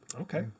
Okay